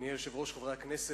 אדוני היושב-ראש, חברי הכנסת,